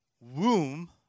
womb